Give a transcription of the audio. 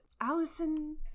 Allison